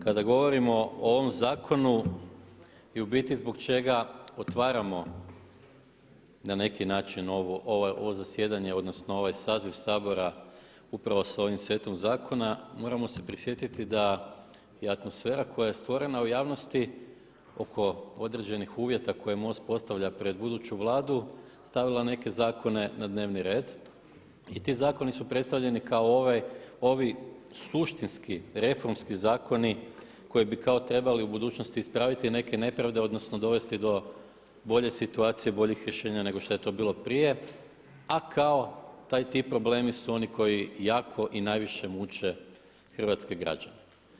Kada govorimo o ovom zakonu i u biti zbog čega otvaramo na neki način ovo zasjedanje odnosno ovaj saziv Sabora upravo s ovim setom zakona moramo se prisjetiti da je atmosfera koja je stvorena u javnosti oko određenih uvjeta koje MOST postavlja pred buduću Vladu stavila neke zakone na dnevni red i ti zakoni su predstavljeni kao ovi suštinski, reformski zakoni koji bi kao trebali u budućnosti ispraviti i neke nepravde odnosno dovesti do bolje situacije i boljih rješenja nego što je to bilo prije a kao ti problemi su oni koji jako i najviše muče hrvatske građane.